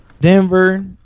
Denver